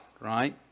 right